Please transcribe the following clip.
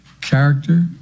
character